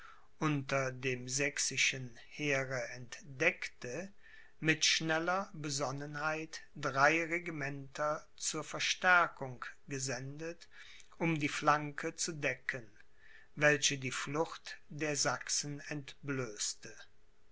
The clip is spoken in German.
unter dem sächsischen heere entdeckte mit schneller besonnenheit drei regimenter zur verstärkung gesendet um die flanke zu decken welche die flucht der sachsen